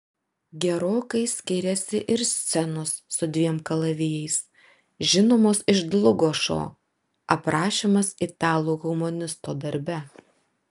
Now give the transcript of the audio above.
gerokai skiriasi ir scenos su dviem kalavijais žinomos iš dlugošo aprašymas italų humanisto darbe